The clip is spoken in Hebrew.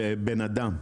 לבן אדם.